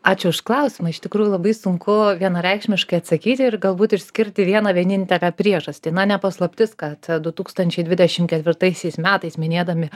ačiū už klausimą iš tikrųjų labai sunku vienareikšmiškai atsakyti ir galbūt išskirti vieną vienintelę priežastį na ne paslaptis kad du tūkstančiai dvidešim ketvirtaisiais metais minėdami